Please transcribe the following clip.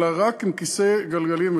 אלא רק עם כיסא גלגלים.